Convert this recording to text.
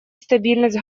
стабильность